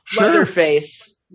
Leatherface